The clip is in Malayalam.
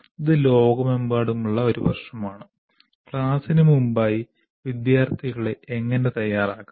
ഇത് ലോകമെമ്പാടുമുള്ള ഒരു പ്രശ്നമാണ് ക്ലാസ്സിന് മുമ്പായി വിദ്യാർത്ഥികളെ എങ്ങനെ തയ്യാറാക്കാം